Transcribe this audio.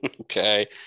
Okay